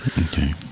okay